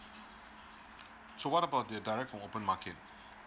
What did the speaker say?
so what about the direct from open market